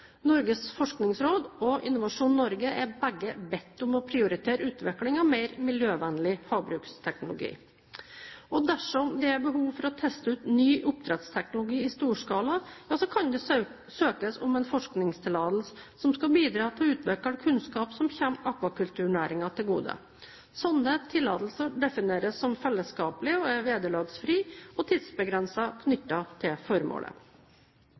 Norges forskningsråd og Innovasjon Norge er begge bedt om å prioritere utviklingen av mer miljøvennlig havbruksteknologi. Dersom det er behov for å teste ut ny oppdrettsteknologi i storskala, kan det søkes om en forskningstillatelse som skal bidra til å utvikle kunnskap som kommer akvakulturnæringen til gode. Slike tillatelser defineres som fellesskaplige, er vederlagsfrie og tidsbegrenset knyttet til formålet.